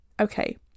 okay